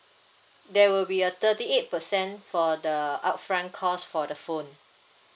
there will be a thirty eight percent for the upfront cost for the phone